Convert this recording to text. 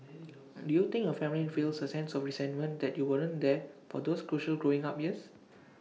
do you think your family feels A sense of resentment that you weren't there for those crucial growing up years